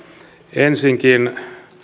ensinnäkin